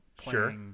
Sure